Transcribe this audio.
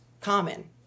common